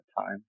time